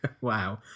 wow